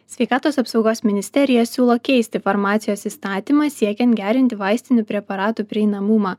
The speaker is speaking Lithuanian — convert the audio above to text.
sveikatos apsaugos ministerija siūlo keisti farmacijos įstatymą siekiant gerinti vaistinių preparatų prieinamumą